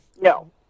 No